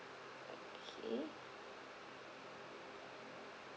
okay